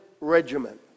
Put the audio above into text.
Regiment